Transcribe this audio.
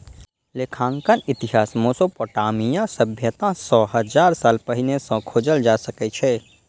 लेखांकनक इतिहास मोसोपोटामिया सभ्यता सं हजार साल पहिने सं खोजल जा सकै छै